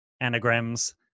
anagrams